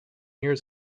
years